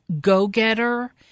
go-getter